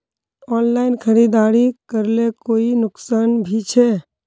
Online खरीदारी करले कोई नुकसान भी छे?